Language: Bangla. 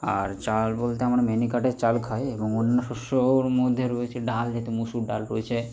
আর চাল বলতে আমরা মিনিকাটের চাল খাই এবং অন্য শস্যর মধ্যে রয়েছে ডাল যেটা মসুর ডাল রয়েছে